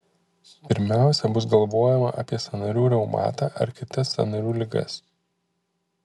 pirmiausia bus galvojama apie sąnarių reumatą ar kitas sąnarių ligas